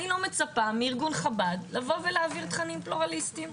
אני לא מצפה מארגון חב"ד להעביר תכנים פלורליסטיים,